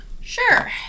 Sure